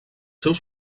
seus